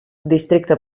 districte